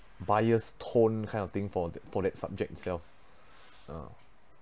bias tone kind of thing for the for that subject itself uh